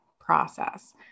process